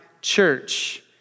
church